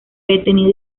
detenido